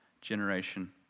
generation